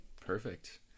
Perfect